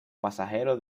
pasajero